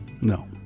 No